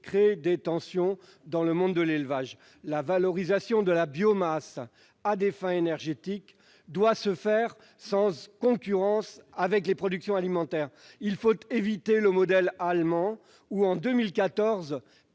crée des tensions avec le monde de l'élevage. La valorisation de la biomasse à des fins énergétiques doit se faire sans concurrence avec les productions alimentaires. Il faut éviter de suivre le modèle allemand : en 2014,